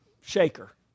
shaker